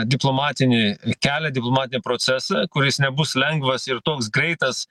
diplomatinį kelią diplomatinį procesą kuris nebus lengvas ir toks greitas